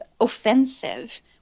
offensive